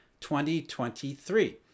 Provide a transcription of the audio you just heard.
2023